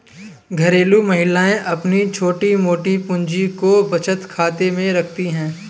घरेलू महिलाएं अपनी छोटी मोटी पूंजी को बचत खाते में रखती है